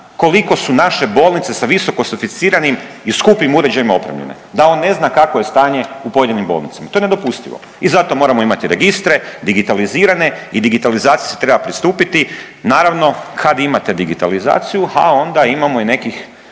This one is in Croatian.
koliko su naše bolnice sa visoko sofisticiranim i skupim uređajima opremljene. Da on ne zna kakvo je stanje u pojedinim bolnicama. To je nedopustivo. I zato moramo imati registre digitalizirane i digitalizaciji se treba pristupiti. Naravno kad imate digitalizaciju, a onda imamo i nekih